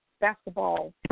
basketball